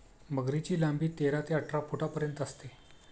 मगरीची लांबी तेरा ते अठरा फुटांपर्यंत असते